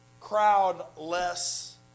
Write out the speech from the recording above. crowd-less